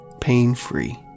pain-free